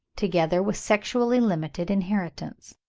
together with sexually-limited inheritance.